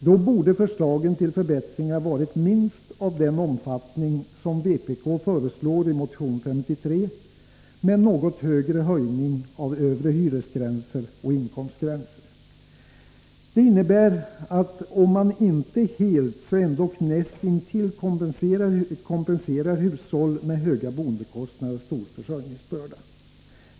Då borde förslagen till förbättringar ha varit minst av den omfattning som vpk föreslår i motion 153 med en något högre höjning av övre hyresgränser och inkomstgränser. Det innebär att man om inte helt så näst intill kompenserar hushåll med höga boendekostnader och stor försörjningsbörda.